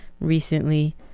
recently